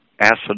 acid